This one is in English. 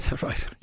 right